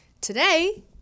today